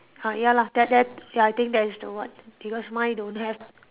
uh ya lah that that ya I think that is the what because mine don't have